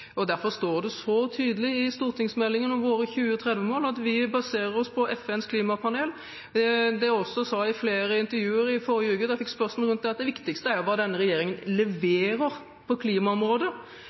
Derfor står det så tydelig i stortingsmeldingen om våre 2030-mål at vi baserer oss på FNs klimapanel. Det jeg også sa i flere intervjuer i forrige uke da jeg fikk spørsmål rundt dette, er at det viktigste er hva denne regjeringen leverer på klimaområdet: